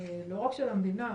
לא רק של המדינה,